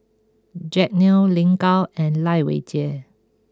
Jack Neo Lin Gao and Lai Weijie